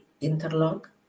interlock